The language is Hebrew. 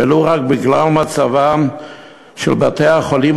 ולו רק בגלל מצבם של בתי-החולים,